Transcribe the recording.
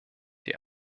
die